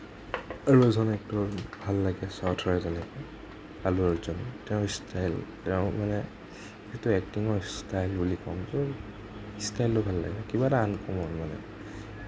আৰু এজন এক্টৰ ভাল লাগে চাউথৰে যেনেকে আল্লু অৰ্জুন তেওঁৰ ষ্টাইল তেওঁৰ মানে যিটো এক্টিঙৰ ষ্টাইল বুলি ক'ম সেই ষ্টাইলটো ভাল লাগে কিবা এটা আনকমন মানে